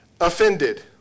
offended